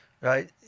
right